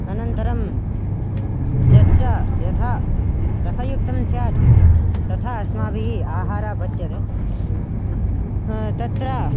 अनन्तरं तच्च यथा रसयुक्तं स्यात् तथा अस्माभिः आहारः पच्यते तत्र